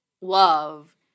love